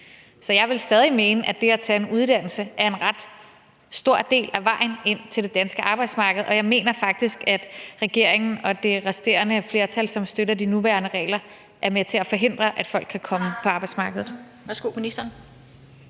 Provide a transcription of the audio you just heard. Så jeg vil stadig mene, at det at tage en uddannelse er en ret stor del af vejen ind til det danske arbejdsmarked, og jeg mener faktisk, at regeringen og det resterende flertal, som støtter de nuværende regler, er med til at forhindre, at folk kan komme ud på arbejdsmarkedet.